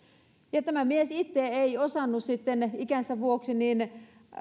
ja tämä mies itse ei osannut sitten ikänsä vuoksi